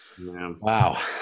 wow